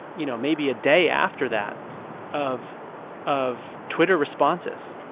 you know, maybe a day after that of of twitter responses.